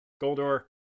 Goldor